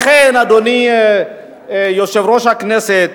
לכן, אדוני יושב-ראש הכנסת,